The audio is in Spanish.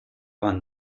acaban